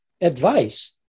advice